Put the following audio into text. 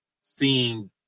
Seeing